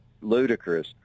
Ludicrous